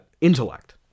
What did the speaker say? intellect